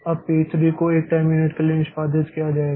अब पी 3 को 1 time unit के लिए निष्पादित किया जाएगा